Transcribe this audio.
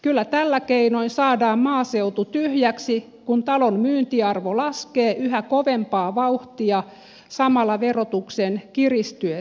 kyllä tällä keinoin saadaan maaseutu tyhjäksi kun talon myyntiarvo laskee yhä kovempaa vauhtia samalla verotuksen kiristyessä